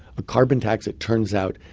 a carbon tax, it turns out,